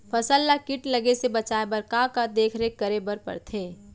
फसल ला किट लगे से बचाए बर, का का देखरेख करे बर परथे?